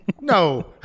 No